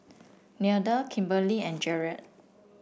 Nelda Kimberlie and Jerrad